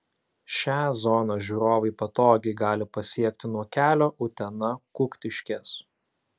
šią zoną žiūrovai patogiai gali pasiekti nuo kelio utena kuktiškės